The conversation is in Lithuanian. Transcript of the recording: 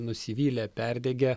nusivylę perdegę